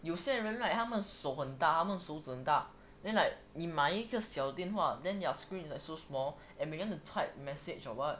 有些人 right 他们手指很大 then like 你买一个小电话 then your screen is like so small and when you're going to type message or what